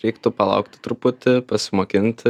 reiktų palaukti truputį pasimokinti